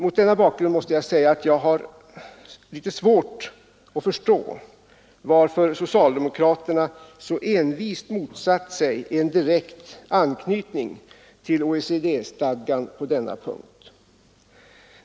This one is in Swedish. Mot denna bakgrund måste jag säga att jag har litet svårt att förstå varför socialdemokraterna så envist motsatt sig en direkt anknyt ning till OECD-stadgan på denna punkt.